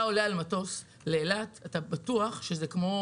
זה נושא